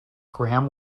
graham